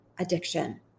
addiction